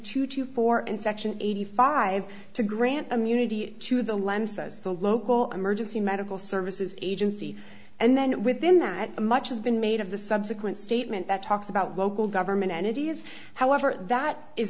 two to four in section eighty five to grant immunity to the lamb says the local emergency medical services agency and then within that a much as been made of the subsequent statement that talks about local government entities however that is